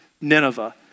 Nineveh